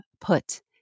Put